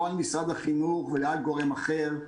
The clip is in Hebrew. לא על משרד החינוך ולא על גורם אחר.